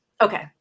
okay